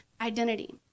identity